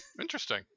interesting